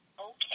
Okay